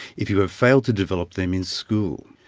if you have failed to develop them in school.